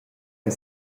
che